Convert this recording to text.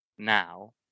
Now